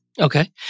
Okay